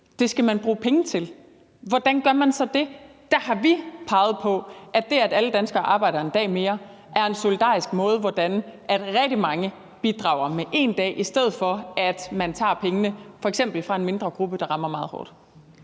Det skal man bruge penge til. Hvordan gør man så det? Der har vi peget på, at det, at alle danskere arbejder en dag mere, er en solidarisk måde, hvorpå rigtig mange bidrager med en dag, i stedet for at man tager pengene fra f.eks. en mindre gruppe, der ville blive ramt meget hårdt.